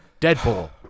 Deadpool